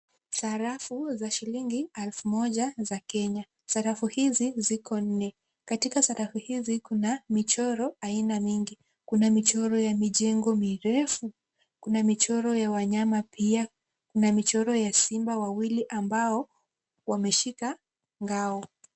Sarafu za shilingi alfu moja za kenya. Sarafu hizi ziko nne, katika sarafu hizi kuna michoro aina mingi kuna michoro ya mijengo mirefu, kuna michoro ya wanyama pia, kuna michoro ya simba wawili ambao wameshika ngao.